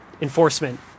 enforcement